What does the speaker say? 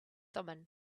thummim